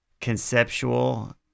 conceptual